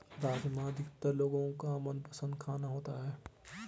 राजमा अधिकतर लोगो का मनपसंद खाना होता है